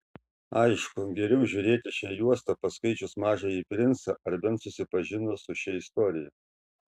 aišku geriau žiūrėti šią juostą paskaičius mažąjį princą ar bent susipažinus su šia istorija